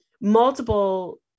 multiple